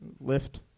lift